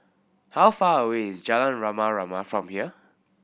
how far away is Jalan Rama Rama from here